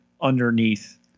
underneath